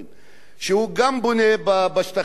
שהוא גם בונה בשטחים הכבושים